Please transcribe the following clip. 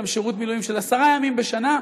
גם שירות מילואים של עשרה ימים בשנה,